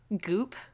Goop